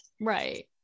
Right